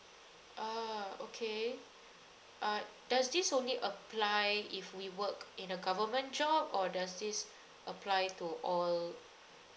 ah okay uh does this only apply if we work in the government job or does this apply to all